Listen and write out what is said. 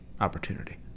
opportunity